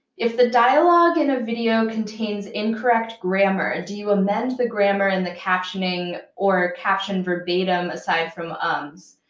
if the dialogue in a video contains incorrect grammar, do you amend the grammar in the captioning, or caption verbatim aside from ums?